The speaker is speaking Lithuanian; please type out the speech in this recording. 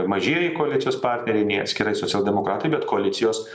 mažieji koalicijos partneriai nei atskirai socialdemokratai bet koalicijos